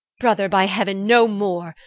brother, by heaven, no more!